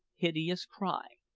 hideous cry,